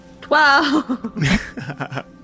Twelve